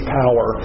power